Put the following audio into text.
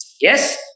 Yes